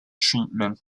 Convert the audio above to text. treatment